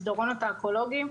על מסדרונות האקולוגיים,